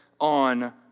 on